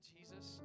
Jesus